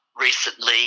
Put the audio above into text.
recently